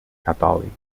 catòlic